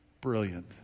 Brilliant